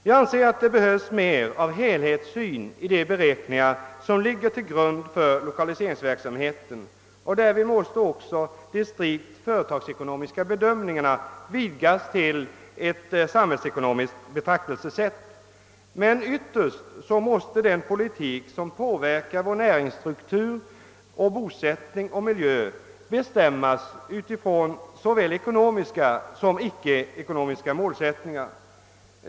Jag anser att det behövs mer av hek hetssyn i de beräkningar som ligger till grund för lokaliseringsverksmheten. Därvid måste också de strikt företagsekonomiska bedömningarna vidgas till ett samhällsekonomiskt betraktelsesätt. Men ytterst måste den politik som påverkar vår näringsstruktur, vår bosättning och vår miljö bestämmas utifrån såväl ekonomiska som icke-ekonomiska målsättningar.